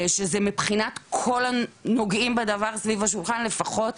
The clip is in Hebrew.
שזה מבחינת כל הנוגעים בדבר, סביב השולחן, לפחות,